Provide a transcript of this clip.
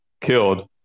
killed